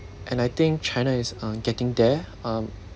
and I think china is uh getting there um